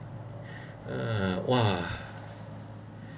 uh !wah!